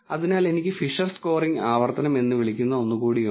അതിനാൽ എനിക്ക് Fisher scoring ആവർത്തനം എന്ന് വിളിക്കുന്നു ഒന്ന് കൂടി ഉണ്ട്